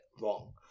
wrong